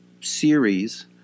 series